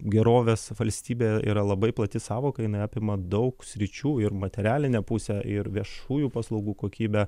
gerovės valstybė yra labai plati sąvoka apima daug sričių ir materialinę pusę ir viešųjų paslaugų kokybę